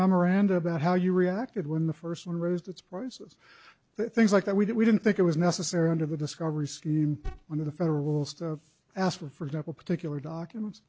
memoranda about how you reacted when the first one raised its prices things like that we did we didn't think it was necessary under the discovery scheme one of the federal stuff asked for for example particular documents